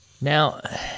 Now